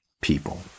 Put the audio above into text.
people